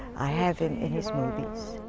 i have him in his movies.